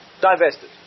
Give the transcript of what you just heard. divested